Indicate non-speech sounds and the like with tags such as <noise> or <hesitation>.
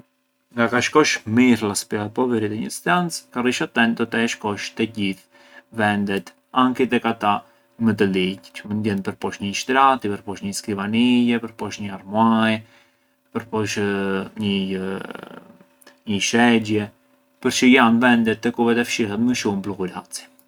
Na ka shkosh mirë un aspirapolviri te një stancë ka rrish attentu sa të e shkosh mirë te gjithë vendet, anchi tek ata më të ligjë, çë mënd jenë përposh njëi shtrati, përposh njei skrivanie, përposh njëi armuai, përposh njëi <hesitation> shexhje, përçë janë vendet te ku vet’e fshihet më shumë pluhuraci.